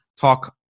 talk